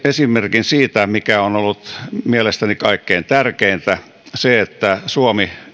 esimerkin siitä mikä on ollut mielestäni kaikkein tärkeintä se että suomi